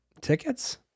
tickets